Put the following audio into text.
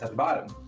ah bottom.